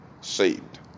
saved